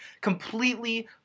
Completely